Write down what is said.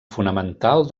fonamental